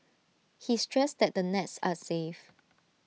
he stressed that the nets are safe